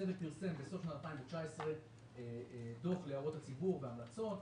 הצוות פרסם בסוף 2019 דוח להערות הציבור והמלצות.